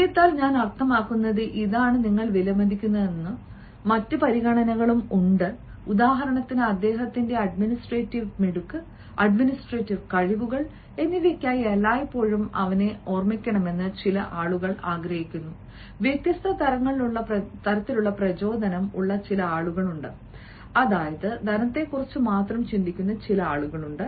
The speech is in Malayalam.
മൂല്യത്താൽ ഞാൻ അർത്ഥമാക്കുന്നത് ഇതാണ് നിങ്ങൾ വിലമതിക്കുന്നത് മറ്റ് പരിഗണനകളും ഉണ്ട് ഉദാഹരണത്തിന് അദ്ദേഹത്തിന്റെ അഡ്മിനിസ്ട്രേറ്റീവ് മിടുക്ക് അഡ്മിനിസ്ട്രേറ്റീവ് കഴിവുകൾ എന്നിവയ്ക്കായി എല്ലായ്പ്പോഴും അവനെ ഓർമ്മിക്കണമെന്ന് ചില ആളുകൾ ആഗ്രഹിക്കുന്നു വ്യത്യസ്ത തരത്തിലുള്ള പ്രചോദനം ഉള്ള ചില ആളുകളുണ്ട് അതായത് ധനത്തെക്കുറിച്ച് മാത്രം ചിന്തിക്കുന്ന ചില ആളുകളുണ്ട്